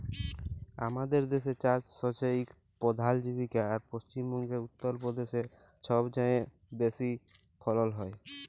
আমাদের দ্যাসে চাষ হছে ইক পধাল জীবিকা আর পশ্চিম বঙ্গে, উত্তর পদেশে ছবচাঁয়ে বেশি ফলল হ্যয়